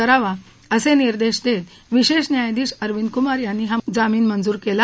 करावा असे निदेंश देत विशेष न्यायाधीश अरविंद कुमार यांनी हा जामीन मंजूर केला